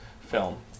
film